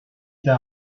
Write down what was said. d’un